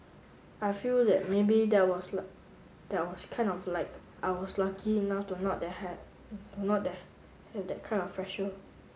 I feel that maybe that was that was kind of like I was lucky enough to not that have to not that have that kind of